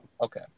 Okay